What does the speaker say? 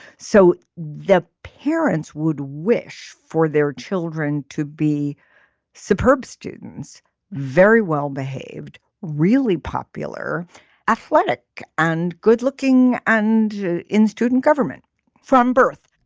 so the parents would wish for their children to be superb students very well behaved really popular athletic and good looking and in student government from birth.